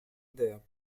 their